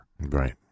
Right